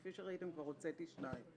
כפי שראיתם, כבר הוצאתי שניים.